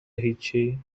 هیچی